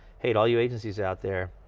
hey, to all you agencies out there,